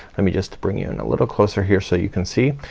let me just bring you in a little closer here so you can see.